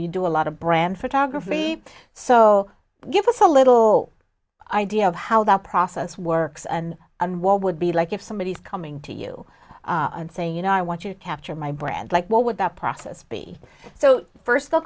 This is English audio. you do a lot of brand photography so give us a little idea of how that process works and what would be like if somebody is coming to you and saying you know i want you to capture my brand like what would that process be so first